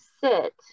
sit